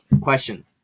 Question